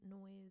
noise